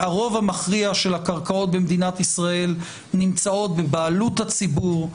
הרוב המכריע של הקרקעות במדינת ישראל נמצא בבעלות הציבור,